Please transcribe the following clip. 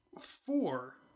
four